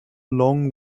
long